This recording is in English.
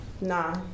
nah